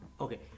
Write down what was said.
Okay